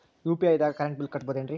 UPI ದಾಗ current bill ಕಟ್ಟಬಹುದೇನ್ರಿ?